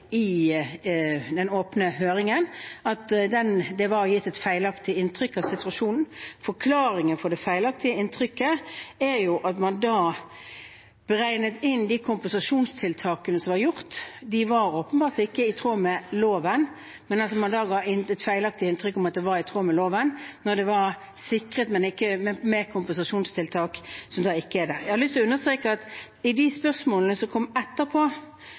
den åpne høringen, at det var gitt et feilaktig inntrykk av situasjonen. Forklaringen på det feilaktige inntrykket er jo at man da beregnet inn de kompensasjonstiltakene som var gjort. De var åpenbart ikke i tråd med loven, men man var gitt et feilaktig inntrykk av at de var i tråd med loven, når det var sikret, men ikke med kompensasjonstiltak, som da ikke er der. Jeg har lyst til å understreke at i de spørsmålene som kom etterpå,